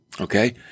okay